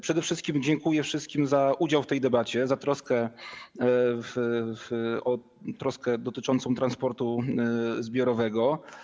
Przede wszystkim dziękuję wszystkim za udział w tej debacie, za troskę dotyczącą transportu zbiorowego.